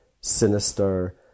sinister